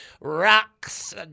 rocks